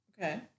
Okay